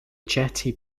jetty